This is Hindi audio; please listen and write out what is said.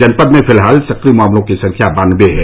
जनपद में फिलहाल सक्रिय मामलों की संख्या बानबे है